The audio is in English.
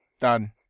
Done